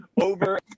over